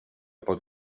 pot